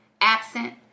absent